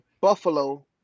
Buffalo